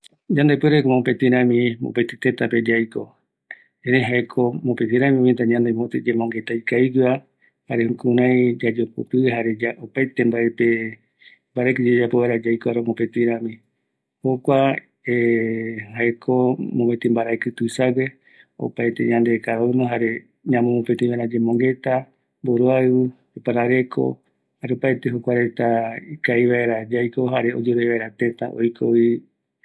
﻿JYande puereko mopeti rami, mopeti tëtape yaiko, erei jaeko mopetirami ñaita, yande mopeti yemongueta ikavigueva jare jukurai yayopopi jare ya, opaete mbaepe, opaete mbaraviki yayapo vaera, yaiko vaera mopetirami, jokua jaeko mopeti mbaraviki tuisague, opaete yande cada uno jare, jare ñamomopeti vaera yemongueta mboroaiu, yoparereko, jare opaete jukuareta, ikavi vaera yaiko jare oyerovia vaera tëta oikovi